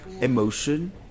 emotion